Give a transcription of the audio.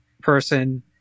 person